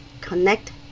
connect